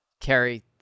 Carrie